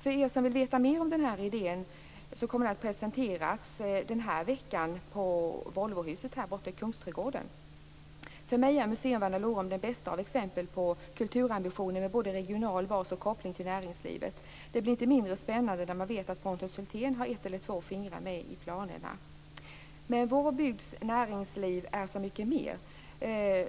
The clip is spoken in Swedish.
För er som vill veta mer om den här idén kan jag nämna att den kommer att presenteras denna vecka på Volvohuset här borta i För mig är Museum Vandalorum det bästa av exempel på kulturambitioner med både regional bas och koppling till näringslivet. Det blir inte mindre spännande när man vet att Pontus Hultén har ett eller två fingrar med i planerna. Men vår bygds näringsliv är så mycket mer.